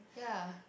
ya